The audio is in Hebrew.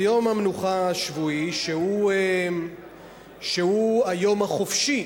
ביום המנוחה השבועי, שהוא היום החופשי